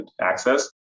access